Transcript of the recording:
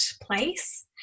place